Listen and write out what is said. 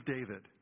David